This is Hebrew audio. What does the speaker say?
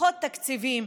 פחות תקציבים,